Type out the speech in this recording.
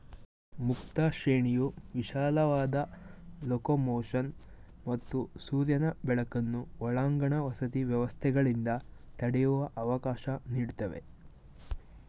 ಮುಕ್ತ ಶ್ರೇಣಿಯು ವಿಶಾಲವಾದ ಲೊಕೊಮೊಷನ್ ಮತ್ತು ಸೂರ್ಯನ ಬೆಳಕನ್ನು ಒಳಾಂಗಣ ವಸತಿ ವ್ಯವಸ್ಥೆಗಳಿಂದ ತಡೆಯುವ ಅವಕಾಶ ನೀಡ್ತವೆ